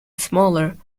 smaller